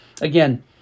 Again